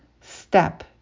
step